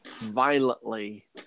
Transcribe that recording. violently